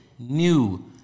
new